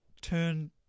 turn